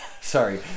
Sorry